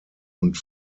und